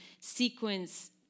sequence